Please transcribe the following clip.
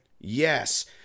Yes